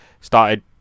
started –